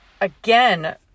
again